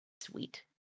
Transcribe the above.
sweet